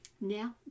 Now